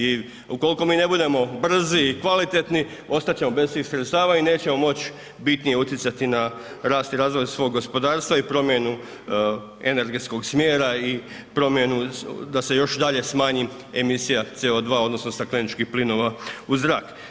I ukoliko mi ne budemo brzi i kvalitetni ostat ćemo bez tih sredstava i nećemo moći bitnije utjecati na rast i razvoj svog gospodarstva i promjenu energetskog smjera i promjenu da se još i dalje smanji emisija CO2 odnosno stakleničkih plinova u zrak.